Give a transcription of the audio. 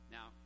Now